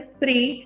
three